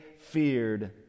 feared